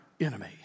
enemy